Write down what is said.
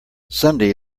sunday